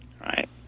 right